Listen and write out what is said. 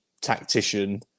tactician